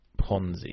ponzi